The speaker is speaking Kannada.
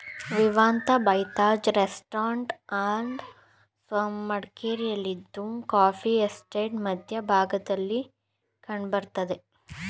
Vivanta by Taj resort and spa ಮಡಿಕೇರಿಯಲ್ಲಿದ್ದು ಕಾಫೀ ಎಸ್ಟೇಟ್ನ ಮಧ್ಯ ಭಾಗದಲ್ಲಿ ಕಂಡ್ ಬರ್ತದೆ